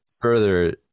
further